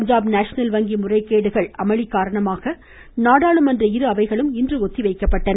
Punjab national வங்கி முறைகேடுகள் அமளி காரணமாக நாடாளுமன்ற இரு அவைகளும் இன்று ஒத்திவைக்கப்பட்டன